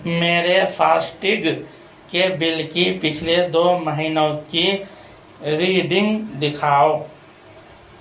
میرے فاسٹیگ کے بل کی پچھلے دو مہینوں کی ریڈنگ دکھاؤ